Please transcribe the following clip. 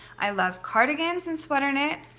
i love cardigans and sweater knit.